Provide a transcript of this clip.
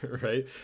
right